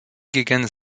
gegen